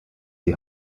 die